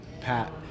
Pat